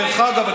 דרך אגב,